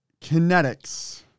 Kinetics